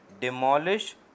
demolish